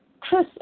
Chris